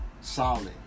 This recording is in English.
solid